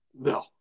No